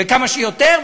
וכמה שיותר,